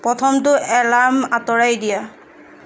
প্ৰথমটো এলাৰ্ম আঁতৰাই দিয়া